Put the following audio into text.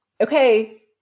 Okay